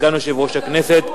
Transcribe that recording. סגן יושב-ראש הכנסת,